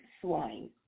swine